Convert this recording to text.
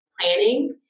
planning